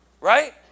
Right